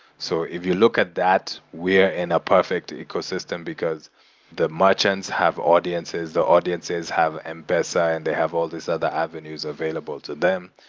so if you look at that, we're in a perfect ecosystem, because the merchants have audiences, the audiences have m-pesa, and they have all these other avenues available to them.